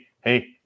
hey